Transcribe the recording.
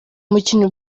mukino